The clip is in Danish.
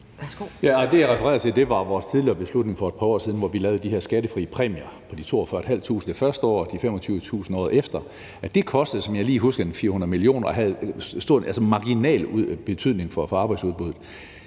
Det, jeg refererede til, var vores tidligere beslutning for et par år siden, hvor vi lavede de her skattefrie præmier på 42.500 kr. det første år og på 25.000 kr. året efter. Det kostede, som jeg lige husker det, 400 mio. kr. og havde en marginal betydning for arbejdsudbuddet.